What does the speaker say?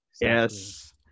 Yes